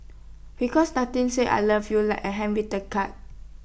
because nothing says I love you like A handwritten card